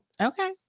okay